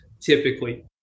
typically